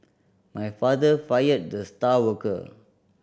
my father fired the star worker